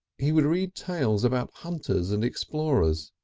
he would read tales about hunters and explorers,